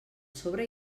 sobre